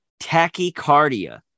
tachycardia